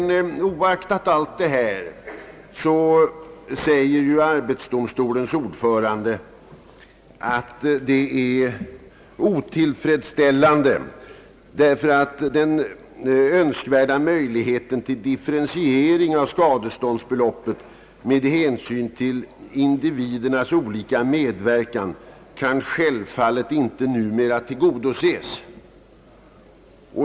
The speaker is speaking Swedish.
Oaktat allt detta säger ju arbetsdomstolens ordförande att nuvarande ordning är otillfredsställande, därför att behovet av differentiering av skadeståndsbeloppet med hänsyn till individernas olika grad av medverkan självfallet numera inte kan tillgodoses.